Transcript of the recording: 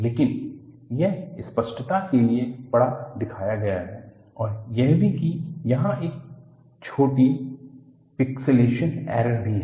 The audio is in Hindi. लेकिन यह स्पष्टता के लिए बड़ा दिखाया गया है और यह भी कि यहां एक छोटी पिक्सेलेशन एरर भी है